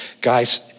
guys